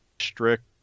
strict